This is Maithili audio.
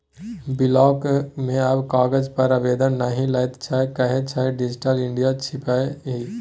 बिलॉक मे आब कागज पर आवेदन नहि लैत छै कहय छै डिजिटल इंडिया छियै ई